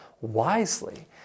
wisely